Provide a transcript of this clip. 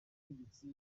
ubutegetsi